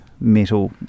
metal